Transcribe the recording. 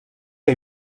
que